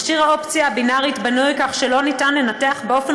מכשיר האופציה הבינארית בנוי כך שאין אפשרות לנתח באופן